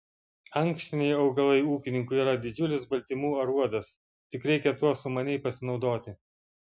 ankštiniai augalai ūkininkui yra didžiulis baltymų aruodas tik reikia tuo sumaniai pasinaudoti